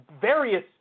various